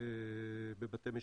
בבתי משפט.